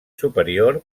superior